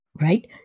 right